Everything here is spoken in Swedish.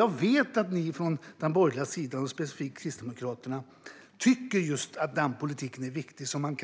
Jag vet att ni från den borgerliga sidan och specifikt Kristdemokraterna tycker att den sortens politik är viktig. Då kan man